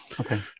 okay